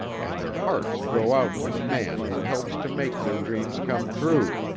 and their hearts go out to the man who helps to make their dreams come true.